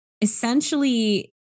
essentially